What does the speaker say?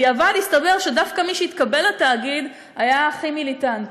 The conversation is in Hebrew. בדיעבד הסתבר שדווקא מי שהתקבל לתאגיד היה הכי מיליטנטי.